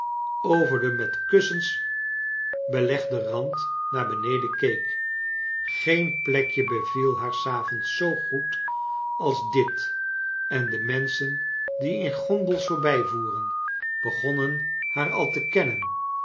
over den met kussens belegden rand naar beneden keek geen plekje beviel haar s avonds zoo goed als dit en de menschen die in gondels voorbijvoeren begonnen haar al te kennen